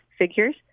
figures